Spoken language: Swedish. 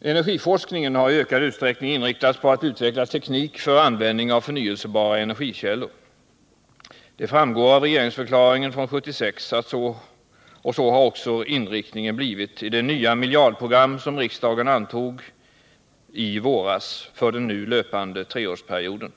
Energiforskningen har i ökad utsträckning inriktats på att utveckla teknik för användning av förnyelsebara energikällor. Det framgår av regeringsförklaringen från 1976, och så har också inriktningen blivit i det nya miljardprogram som riksdagen antog i våras för den nu löpande treårsperioden.